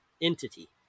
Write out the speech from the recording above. entity